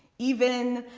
even,